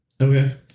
Okay